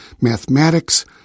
mathematics